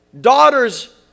Daughters